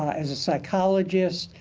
as a psychologist,